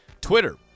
Twitter